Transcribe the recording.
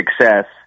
success